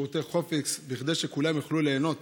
כדי שכולם יוכלו ליהנות